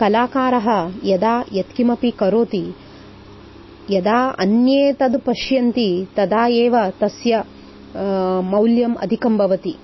कलाकारः यदा यद्किमपि करोति यदा अन्ये तद् पश्यन्ति तदा एव तस्य मौल्यम् अधिकं भवति